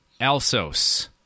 Alsos